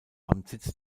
amtssitz